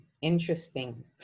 Interesting